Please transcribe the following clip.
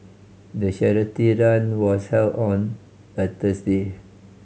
the charity run was held on a Thursday